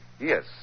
Yes